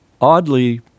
oddly